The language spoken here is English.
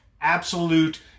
absolute